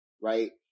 right